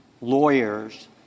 lawyers